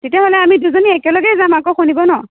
তেতিয়াহ'লে আমি দুজনী একেলগেই যাম আকৌ খুন্দিব ন